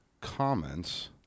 comments